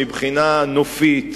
מבחינה נופית,